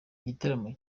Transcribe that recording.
igitaramo